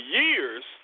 years